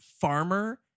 farmer